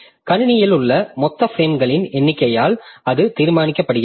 கணினியில் உள்ள மொத்த பிரேம்களின் எண்ணிக்கையால் அது தீர்மானிக்கப்படுகிறது